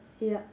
ya